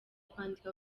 kwandika